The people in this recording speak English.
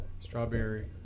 strawberry